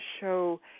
show